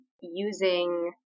using